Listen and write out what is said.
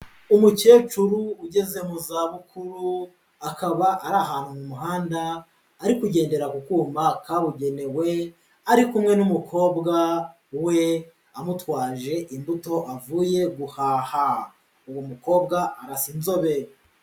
Umukecuru ugeze mu zabukuru, akaba ari ahantu mu muhanda, ari kugendera ku kuma kabugenewe, ari kumwe n'umukobwa we amutwaje imbuto avuye guhaha. Uwo mukobwa arasa inzobe.